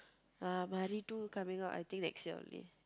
uh two coming out I think next year only